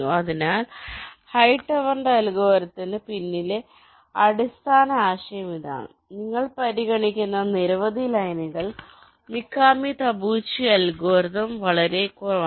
അതിനാൽ ഹൈടവറിന്റെ അൽഗോരിതത്തിന്Hightower's algorithm പിന്നിലെ അടിസ്ഥാന ആശയം ഇതാണ് നിങ്ങൾ പരിഗണിക്കുന്ന നിരവധി ലൈനുകൾ മികാമി തബുച്ചി അൽഗോരിതം വളരെ കുറവാണ്